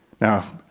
Now